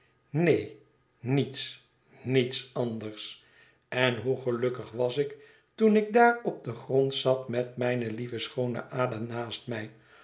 neen niets niets anders en hoe gelukkig was ik toen ik daar op den grond zat met mijne lieve schoone ada naast mij